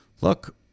Look